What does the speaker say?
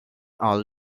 all